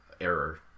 error